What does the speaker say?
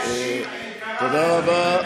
תודה רבה.